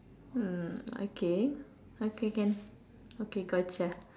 hmm okay okay can okay got you